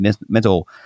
mental